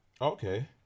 okay